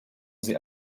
sie